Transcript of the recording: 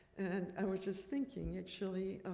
and i was just thinking actually,